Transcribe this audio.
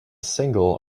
single